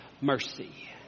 mercy